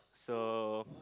so